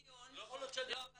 -- לא יכול להיות שאני לא אדבר -- לא